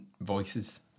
voices